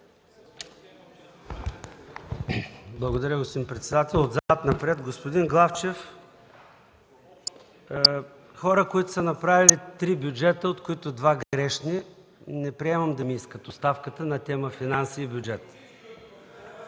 Благодаря, господин председател. Отзад напред. Господин Главчев, хора, които са направили три бюджета, от които два грешни, не приемам да ми искат оставката на тема финанси и бюджет.